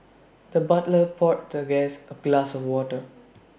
the butler poured the guest A glass of water